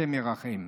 השם ירחם,